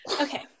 Okay